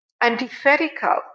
antithetical